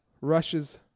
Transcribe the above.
rushes